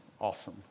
awesome